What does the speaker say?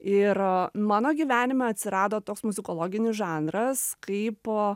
ir mano gyvenime atsirado toks muzikologinis žanras kaip